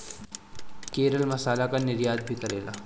केरल मसाला कअ निर्यात भी करेला